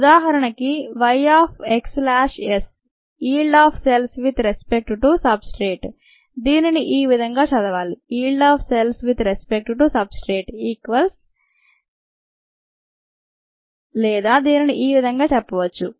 ఉదాహరణకు Y of x slash s yield of cells with respect to substrate దీనిని ఈ విధంగా చదవాలి yield of cells with respect to substrate equals is లేదా దీనిని ఈ విధంగా చెప్పవచ్చు